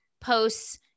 posts